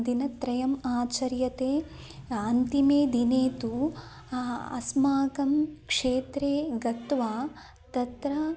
दिनत्रयम् आचर्यते अन्तिमे दिने तु अस्माकं क्षेत्रे गत्वा तत्र